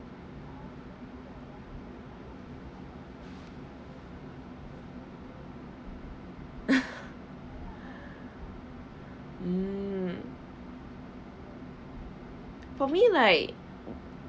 mm for me like